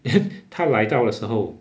他来到的时候